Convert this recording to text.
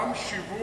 לא, גם שיווק.